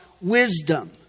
wisdom